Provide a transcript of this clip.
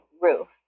roof